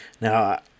Now